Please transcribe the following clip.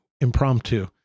impromptu